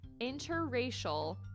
interracial